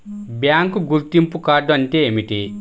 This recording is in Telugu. బ్యాంకు గుర్తింపు కార్డు అంటే ఏమిటి?